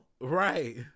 Right